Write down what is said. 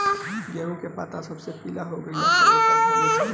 गेहूं के पता सब पीला हो गइल बा कट्ठा के लक्षण बा?